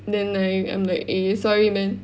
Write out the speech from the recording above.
then I I'm like eh sorry man